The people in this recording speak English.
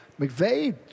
McVeigh